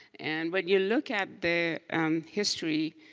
and when you look at the history,